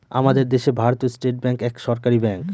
আমাদের দেশে ভারতীয় স্টেট ব্যাঙ্ক এক সরকারি ব্যাঙ্ক